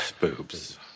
boobs